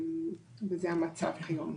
וזה המצב היום.